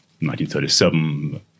1937